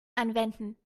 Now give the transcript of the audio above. anwenden